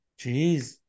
Jeez